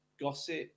gossip